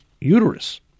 uterus